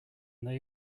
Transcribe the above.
they